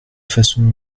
façon